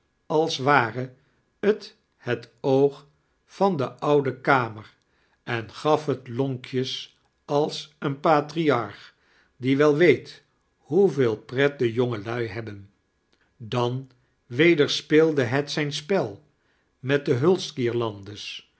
als ware t het oog van de oude kamer en gaf het lonkjes als een patriarch die wel weet hoeveel pre de jongelui hefoben dan weder speelde het zijn spel me die